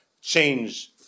change